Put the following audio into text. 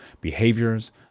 behaviors